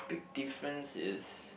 big difference is